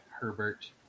Herbert